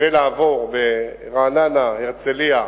ולעבור ברעננה, הרצלייה,